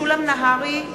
משולם נהרי,